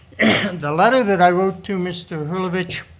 the letter that i wrote to mr. herlevitz